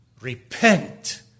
Repent